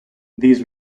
these